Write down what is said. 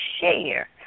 share